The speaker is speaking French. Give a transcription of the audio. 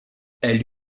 elle